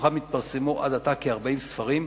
מתוכם התפרסמו עד עתה כ-40 ספרים,